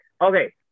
okay